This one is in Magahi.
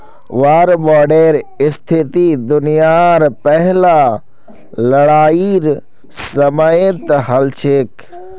वार बांडेर स्थिति दुनियार पहला लड़ाईर समयेत हल छेक